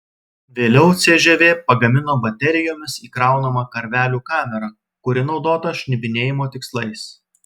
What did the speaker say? vėliau cžv pagamino baterijomis įkraunamą karvelių kamerą kuri naudota šnipinėjimo tikslais